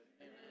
Amen